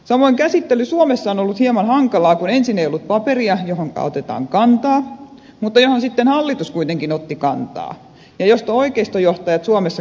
samoin käsittely suomessa on ollut hieman hankalaa kun ensin ei ollut paperia johonka otetaan kantaa mutta siihen sitten hallitus kuitenkin otti kantaa ja siitä oikeistojohtajat suomessa kävivät keskusteluja